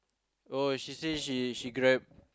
oh she say she she Grab